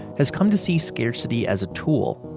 has come to see scarcity as a tool,